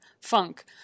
Funk